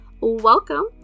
welcome